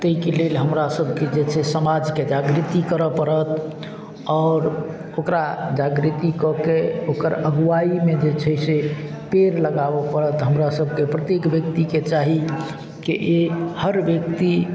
तैके लेल हमरा सबके जे छै समाजके जागृति करऽ पड़त आओर ओकरा जागृति कऽके ओकर अगुआइमे जे छै से पेड़ लगाबऽ पड़त हमरा सबके प्रत्येक व्यक्तिके चाहीकी हरेक व्यक्ति